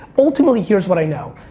ultimately, here's what i know.